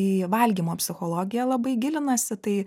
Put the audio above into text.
į valgymo psichologiją labai gilinasi tai